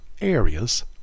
areas